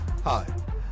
Hi